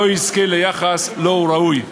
לא יזכה ליחס שהוא ראוי לו.